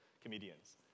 comedians